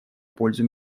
пользу